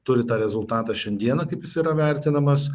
turi tą rezultatą šiandieną kaip jis yra vertinamas